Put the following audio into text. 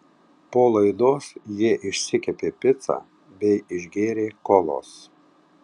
po laidos jie išsikepė picą bei išgėrė kolos